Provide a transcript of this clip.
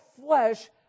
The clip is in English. flesh